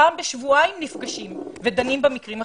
פעם בשבועיים נפגשים ודנים במקרים החריגים.